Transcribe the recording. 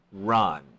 run